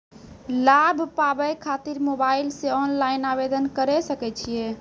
लाभ पाबय खातिर मोबाइल से ऑनलाइन आवेदन करें सकय छियै?